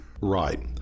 Right